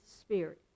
Spirit